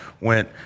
went